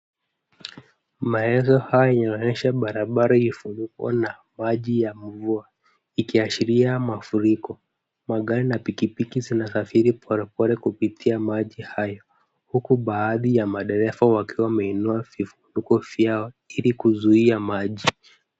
Maezo haya yanaonyesha barabara iliyofunikwa na maji ya mvua, ikiashiria mafuriko. Magari na pikipiki zinasafiri polepole kupitia maji hayo. Huku baadhi ya madereva wakiwa wameinuwa vifuniko vyao ili kuzuia maji.